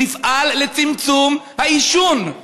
נפעל לצמצום העישון.